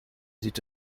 sieht